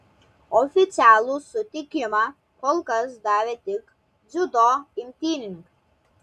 oficialų sutikimą kol kas davė tik dziudo imtynininkai